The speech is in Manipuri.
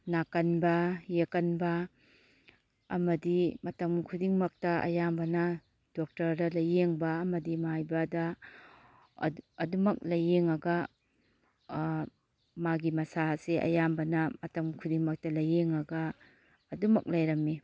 ꯅꯥꯒꯟꯕ ꯌꯦꯛꯀꯟꯕ ꯑꯃꯗꯤ ꯃꯇꯝ ꯈꯨꯗꯤꯡꯃꯛꯇ ꯑꯌꯥꯝꯕꯅ ꯗꯣꯛꯇꯔꯗ ꯂꯥꯌꯦꯡꯕ ꯑꯃꯗꯤ ꯃꯥꯏꯕꯗ ꯑꯗꯨꯝꯃꯛ ꯂꯥꯏꯌꯦꯡꯉꯒ ꯃꯥꯒꯤ ꯃꯁꯥꯁꯦ ꯑꯌꯥꯝꯕꯅ ꯃꯇꯝ ꯈꯨꯗꯤꯡꯃꯛꯇ ꯂꯥꯏꯌꯦꯡꯉꯒ ꯑꯗꯨꯝꯃꯛ ꯂꯩꯔꯝꯏ